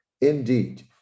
Indeed